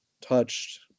touched